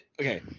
okay